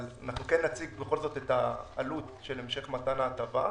אבל כן נציג את העלות של המשך מתן ההטבה.